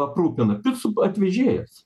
aprūpina picų atvežėjas